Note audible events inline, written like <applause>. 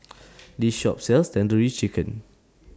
<noise> <noise> This Shop sells Tandoori Chicken